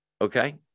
Okay